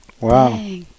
Wow